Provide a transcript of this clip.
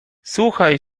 słuchaj